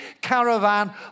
caravan